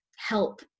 help